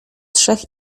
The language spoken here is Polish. trzech